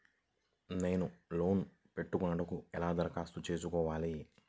నేను లోన్ పెట్టుకొనుటకు ఎలా దరఖాస్తు చేసుకోవాలి?